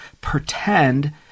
pretend